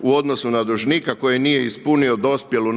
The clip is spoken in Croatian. u odnosu na dužnika koji nije ispunio dospjelu